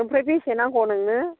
आमफ्राय बेसे नांगौ नोंनो